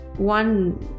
one